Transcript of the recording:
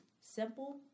simple